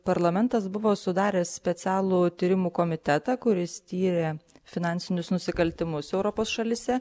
parlamentas buvo sudaręs specialų tyrimų komitetą kuris tyrė finansinius nusikaltimus europos šalyse